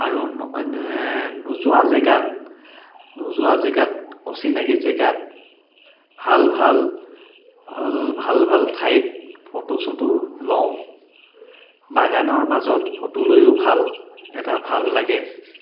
আৰু নোযোৱা জেগাত নোযোৱা জেগাত অচিনাকী জেগাত ভাল ভাল ভাল ভাল ঠাইত ফটো চটো লওঁ বাগানৰ মাজত ফটো লৈয়ো ভাল এটা ভাল লাগে